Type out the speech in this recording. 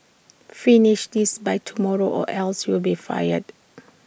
finish this by tomorrow or else you'll be fired